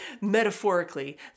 metaphorically